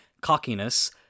cockiness